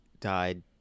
died